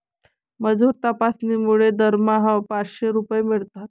मजूर तपासणीमुळे दरमहा पाचशे रुपये मिळतात